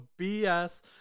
BS